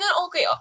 okay